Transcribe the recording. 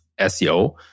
SEO